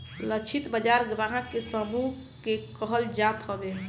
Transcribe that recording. लक्षित बाजार ग्राहक के समूह के कहल जात हवे